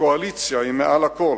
הקואליציה היא מעל הכול.